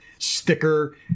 sticker